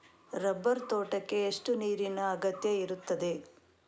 Rubber ತೋಟಕ್ಕೆ ಎಷ್ಟು ನೀರಿನ ಅಗತ್ಯ ಇರುತ್ತದೆ?